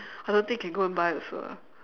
I don't think can go and buy also ah